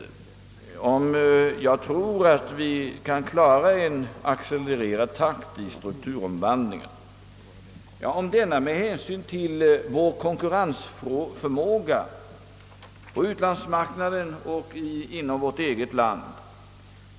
Han frågade, om jag tror att vi kan klara en accelererad takt i strukturomvandlingen, Ja, om den ter sig nödvändig med hänsyn till vårt näringslivs konkurrensförmåga både på utlandsmarknaden och här hemma.